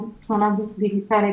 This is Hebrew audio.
תלונה באינטרנט,